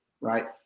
right